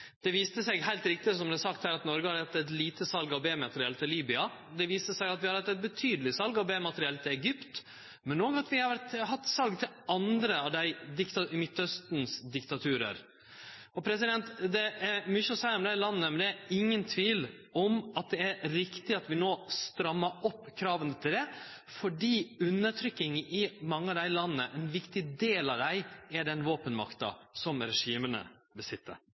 Det viste seg, som det heilt riktig vart sagt her, at Noreg har hatt eit lite sal av B-materiell til Libya, og det viste seg at vi har hatt eit betydeleg sal av B-materiell til Egypt, men òg at vi har hatt sal til andre av diktatura i Midtausten. Det er mykje å seie om dei landa, men det er ingen tvil om at det er riktig at vi no strammar inn krava, fordi ein viktig del av undertrykkinga i mange av dei landa er den våpenmakta som regima sit inne med. Etter mi og SV si oppfatning er